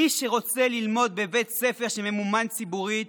מי שרוצה ללמוד בבית ספר שממומן ציבורית,